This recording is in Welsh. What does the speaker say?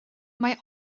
mae